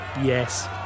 Yes